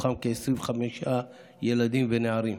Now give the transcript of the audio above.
מתוכם כ-25 ילדים ונערים,